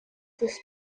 this